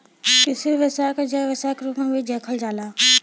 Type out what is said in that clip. कृषि व्यवसाय क जैव व्यवसाय के रूप में भी देखल जाला